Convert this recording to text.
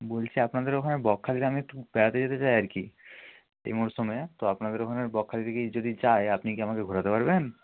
বলছি আপনাদের ওখানে বকখালি গ্রামে একটু বেড়াতে যেতে চাই আর কি এই মরসুমে তো আপনাদের ওখানে বকখালির দিকে যদি যাই আপনি কি আমাকে ঘোরাতে পারবেন